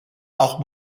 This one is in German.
auch